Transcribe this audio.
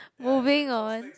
moving on